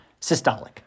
systolic